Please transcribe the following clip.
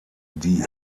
die